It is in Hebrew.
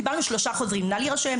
קיבלנו שלושה חוזרים נא להירשם.